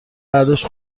بعدش